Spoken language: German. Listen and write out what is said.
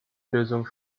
lösung